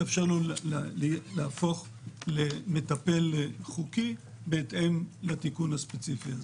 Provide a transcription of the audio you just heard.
להפוך למטפל חוקי בהתאם לתיקון הספציפי הזה.